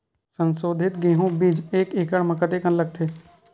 संसोधित गेहूं बीज एक एकड़ म कतेकन लगथे?